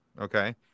Okay